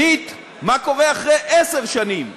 שנית, מה קורה אחרי עשר שנים?